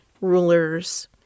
rulers